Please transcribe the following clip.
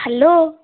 hello